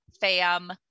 Fam